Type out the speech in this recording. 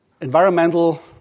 environmental